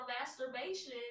masturbation